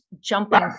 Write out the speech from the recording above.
jumping